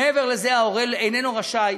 מעבר לזה ההורה איננו רשאי